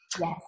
Yes